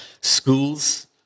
Schools